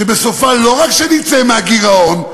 שבסופה לא רק שנצא מהגירעון,